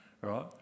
right